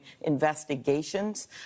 investigations